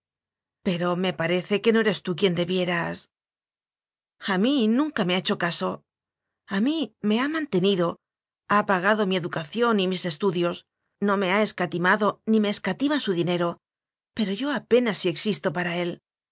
pero me parece que no eres tu quien de hieras a mí nunca rae ha hecho caso a mí me ha mantenido ha pagado mi educación y mis estudios no me ha escatimado ni me es catima su dinero pero yo apenas si existo para él